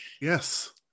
Yes